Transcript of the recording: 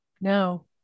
No